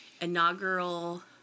inaugural